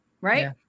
right